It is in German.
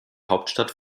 hauptstadt